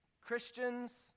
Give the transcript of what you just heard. Christians